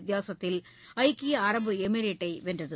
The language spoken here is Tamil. வித்தியாசத்தில் ஐக்கிய அரபு எமிரேட்டை வென்றது